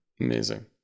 Amazing